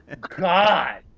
God